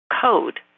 code